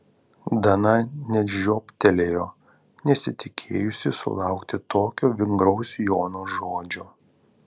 dana net žiobtelėjo nesitikėjusi sulaukti tokio vingraus jono žodžio